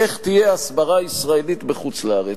איך תהיה ההסברה הישראלית בחוץ-לארץ,